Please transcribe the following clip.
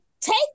take